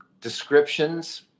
descriptions